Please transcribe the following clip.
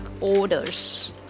orders